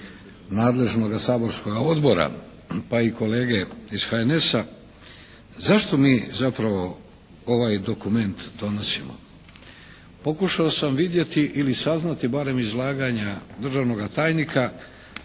nadležnoga saborskog odbora pa i kolege iz HNS-a, zašto mi zapravo ovaj dokument donosimo? Pokušao sam vidjeti ili saznati barem iz izlaganja državnoga tajnika